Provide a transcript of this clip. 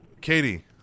Katie